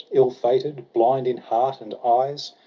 ill-fated, blind in heart and eyes!